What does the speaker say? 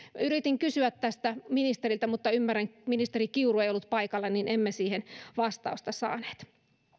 yritin kysyä tästä ministeriltä mutta ymmärrän ministeri kiuru ei ollut paikalla joten emme siihen vastausta saaneet